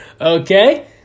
Okay